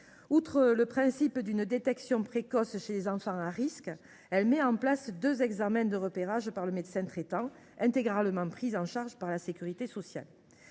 loi le principe d’une détection précoce chez les enfants à risque, elle crée deux examens de repérage par le médecin traitant, intégralement pris en charge par la sécurité sociale.